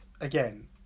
again